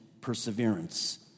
perseverance